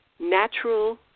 natural